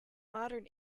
modern